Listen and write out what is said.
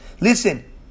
Listen